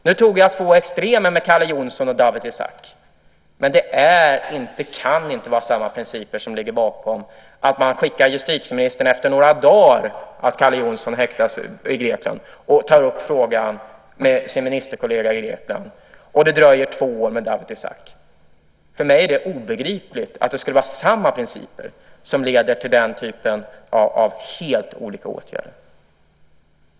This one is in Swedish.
Nu tog jag två extrema exempel, nämligen Calle Jonsson och Dawit Isaak, men det kan inte vara samma principer som ligger bakom när man några dagar efter det att Calle Jonsson häktats i Grekland skickar justitieministern dit för att ta upp frågan med sin ministerkollega. Det dröjer två år när det gäller Dawit Isaak. För mig är det obegripligt att samma principer skulle leda till den typen av helt olika åtgärder.